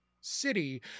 city